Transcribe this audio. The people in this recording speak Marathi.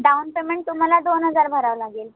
डाउन पेमेंट तुम्हाला दोन हजार भरावं लागेल